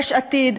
יש עתיד,